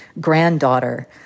granddaughter